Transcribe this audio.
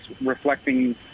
reflecting